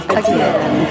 again